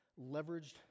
leveraged